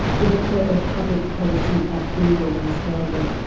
director of public policy at google in australia.